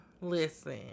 listen